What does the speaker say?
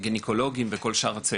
גניקולוגיים וכל שאר הצוות,